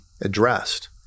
addressed